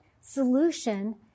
solution